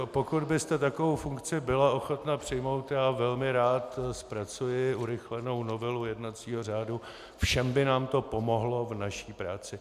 Pokud byste takovou funkci byla ochotna přijmout, já velmi rád zpracuji urychlenou novelu jednacího řádu, všem by nám to pomohlo v naší práci.